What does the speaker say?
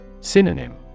Synonym